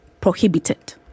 prohibited